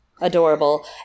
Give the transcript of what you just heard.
Adorable